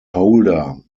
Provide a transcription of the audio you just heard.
holder